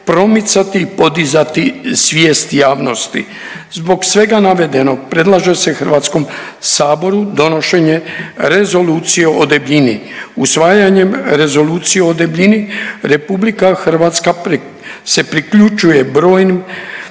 promicati, podizati svijest javnosti. Zbog svega navedenog predlaže se HS-u donošenje Rezolucije o debljini, usvajanjem Rezolucije o debljini RH se priključuje brojnim